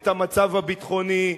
את המצב הביטחוני,